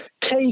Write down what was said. take